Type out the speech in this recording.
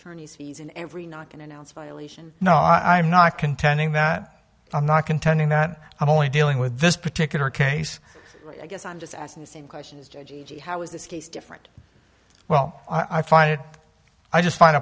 tourney season every not going announce violation no i am not contending that i'm not contending that i'm only dealing with this particular case i guess i'm just asking the same questions g g how is this case different well i find it i just fin